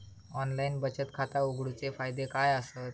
Online बचत खाता उघडूचे फायदे काय आसत?